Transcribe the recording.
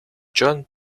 john